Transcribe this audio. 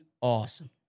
awesome